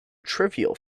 trivial